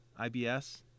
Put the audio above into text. IBS